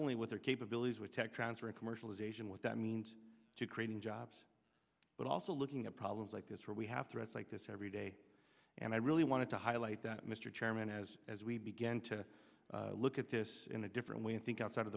only with their capabilities with tech transfer of commercialization with that means to creating jobs but also looking at problems like this where we have threats like this every day and i really wanted to highlight that mr chairman as as we began to look at this in a different way and think outside of